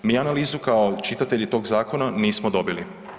Mi analizu kao čitatelji tog zakona nismo dobili.